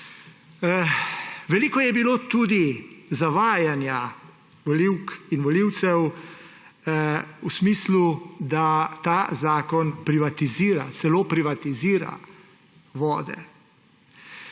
Veliko je bilo tudi zavajanja volivk in volivcev v smislu, da ta zakon privatizira, celo privatizira vode.